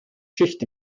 schicht